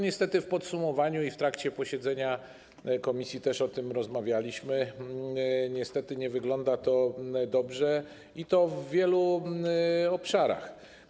Niestety po podsumowaniu - w trakcie posiedzenia komisji też o tym rozmawialiśmy - nie wygląda to dobrze, i to w wielu obszarach.